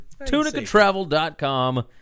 Tunicatravel.com